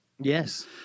Yes